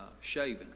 shaving